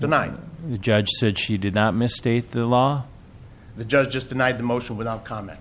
denying the judge said she did not misstate the law the judge just denied the motion without comment